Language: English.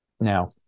Now